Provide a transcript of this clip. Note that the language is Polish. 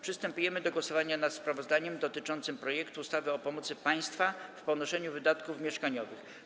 Przystępujemy do głosowania nad sprawozdaniem dotyczącym projektu ustawy o pomocy państwa w ponoszeniu wydatków mieszkaniowych.